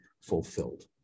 fulfilled